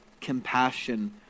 compassion